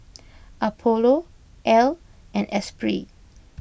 Apollo Elle and Espirit